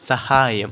സഹായം